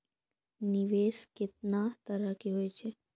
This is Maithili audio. निवेश केतना तरह के होय छै?